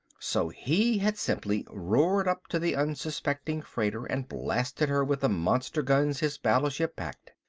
so he had simply roared up to the unsuspecting freighter and blasted her with the monster guns his battleship packed.